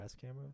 camera